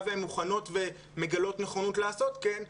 והם מוכנות ומגלות נכונות לעשות כן.